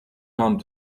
come